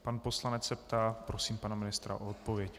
Pan poslanec se ptá, prosím pana ministra o odpověď.